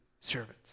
servants